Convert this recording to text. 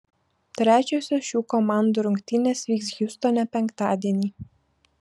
trečiosios šių komandų rungtynės vyks hjustone penktadienį